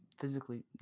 physically